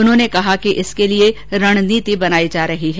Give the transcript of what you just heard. उन्होंने कहा कि इसके लिए रणनीति बनायी जा रही है